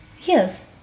Yes